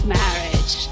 marriage